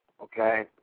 Okay